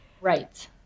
right